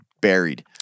buried